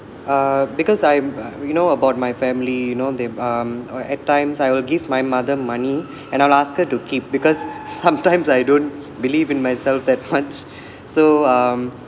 uh because I'm uh you know about my family you know they um at times I will give my mother money and I'll ask her to keep because sometimes I don't believe in myself that much so um